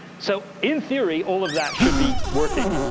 so, in theory, all of that should be working.